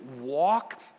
walk